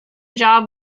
job